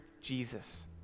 Jesus